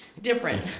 different